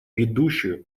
ведущую